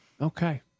Okay